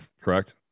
correct